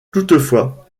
toutefois